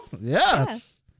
Yes